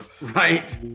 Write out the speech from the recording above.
Right